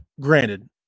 Granted